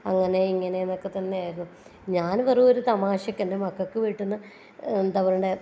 അങ്ങനെ ഇങ്ങനെന്നൊക്കെത്തന്നെയായിരുന്നു ഞാൻ വെറുമൊരു തമാശക്ക് എൻ്റെ മക്കൾക്ക് വീട്ടീന്ന് എന്താ പറയണ്ടേ